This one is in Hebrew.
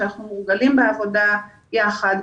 שאנחנו מורגלים בעבודה יחד.